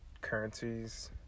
currencies